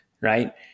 right